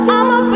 I'ma